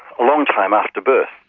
a long time after birth.